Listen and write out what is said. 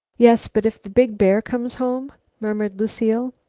yes, but if the big bear comes home? murmured lucile.